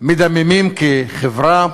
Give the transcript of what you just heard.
מדממים כחברה,